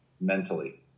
mentally